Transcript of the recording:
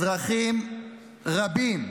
אזרחים רבים,